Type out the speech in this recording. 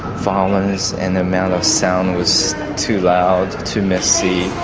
violence and the amount of sound was too loud, too messy,